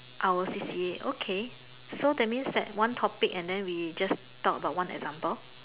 our C_C_A okay so that means that one topic and then we just talk about one example